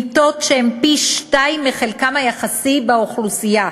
מיטות שהן פי-שניים מחלקם היחסי באוכלוסייה,